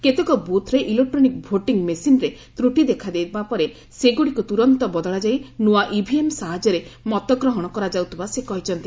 କେତେକ ବୁଥ୍ରେ electronic voting ମେସିନ୍ରେ ତ୍ରୁଟି ଦେଖାଦେବା ପରେ ସେଗୁଡ଼ିକୁ ତୁରନ୍ତ ବଦଳାଯାଇ ନୂଆ ଇଭିଏମ୍ ସାହାଯ୍ୟରେ ମତଗ୍ରହଣ କରାଯାଉଥିବା ସେ କହିଚ୍ଛନ୍ତି